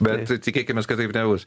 bet tikėkimės kad taip nebus